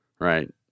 right